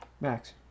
Max